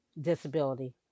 disability